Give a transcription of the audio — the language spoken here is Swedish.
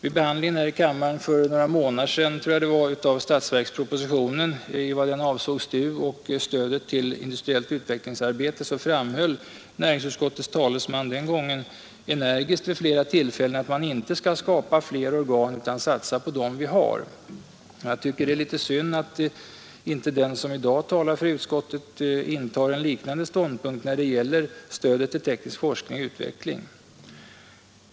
Vid behandlingen här i kammaren för bara ett par månader sedan av statsverkspropositionen i vad den avsåg STU och främjandet av industriellt utvecklingsarbete framhöll näringsutskottets talesman energiskt vid flera tillfällen att man inte skall skapa fler organ utan satsa på dem vi har. Det är synd att inte den som i dag talar för utskottet intar en liknande ståndpunkt när det gäller stödet till teknisk forskning och utveckling.